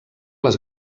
les